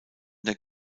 der